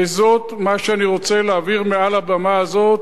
וזה מה שאני רוצה להבהיר מעל הבמה הזאת,